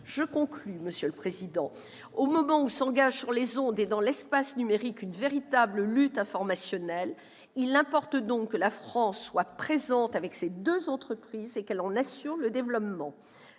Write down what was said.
Je conclus, monsieur le président. Au moment où s'engage sur les ondes et dans l'espace numérique une véritable lutte informationnelle, il importe donc que la France soit présente avec ces deux entreprises et qu'elle en assure le développement.